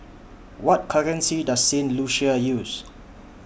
What currency Does Saint Lucia use